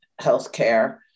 healthcare